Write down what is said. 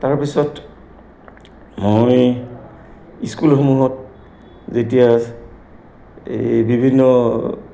তাৰপিছত মই স্কুলসমূহত যেতিয়া এই বিভিন্ন